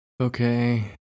Okay